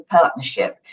partnership